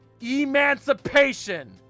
Emancipation